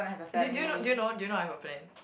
do do you know do you know do you know I've a plan